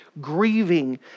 grieving